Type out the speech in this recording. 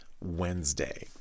Wednesday